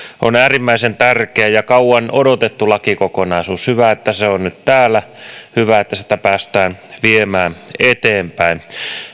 on äärimmäisen tärkeä ja kauan odotettu lakikokonaisuus hyvä että se on nyt täällä hyvä että sitä päästään viemään eteenpäin